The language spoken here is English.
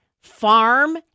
farm